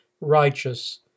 righteous